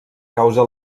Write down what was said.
causa